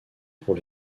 pour